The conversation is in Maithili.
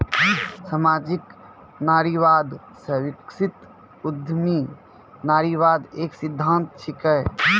सामाजिक नारीवाद से विकसित उद्यमी नारीवाद एक सिद्धांत छिकै